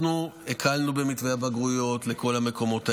אנחנו הקלנו במתווה הבגרויות לכל המקומות האלה.